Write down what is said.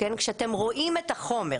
כשאתם רואים את החומר,